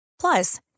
Plus